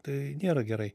tai nėra gerai